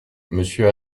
monsieur